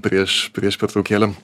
prieš prieš pertraukėlę